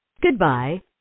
Goodbye